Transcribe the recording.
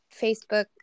Facebook